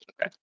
Okay